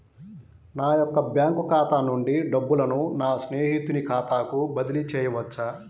నా యొక్క బ్యాంకు ఖాతా నుండి డబ్బులను నా స్నేహితుని ఖాతాకు బదిలీ చేయవచ్చా?